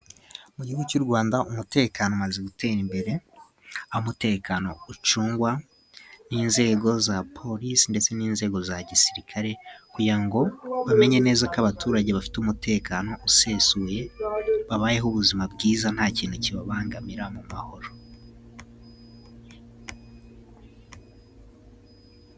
Mu gihugu cy'U Rwanda, umutekano umaze gutera imbere, umutekano ucungwa n'inzego za polisi, ndetse n'inzego za gisirikare, kugira ngo bamenye neza ko abaturage bafite umutekano usesuye, babayeho ubuzima bwiza nta kintu kibabangamira mu mahoro.